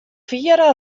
fiere